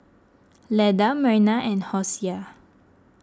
Leda Merna and Hosea